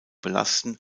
belasten